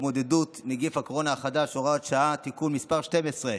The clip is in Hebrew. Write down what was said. להתמודדות עם נגיף הקורונה החדש (הוראת שעה) (תיקון מס' 12),